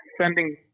sending